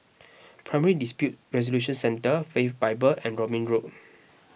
Primary Dispute Resolution Centre Faith Bible and Robin Road